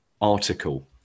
article